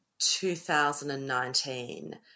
2019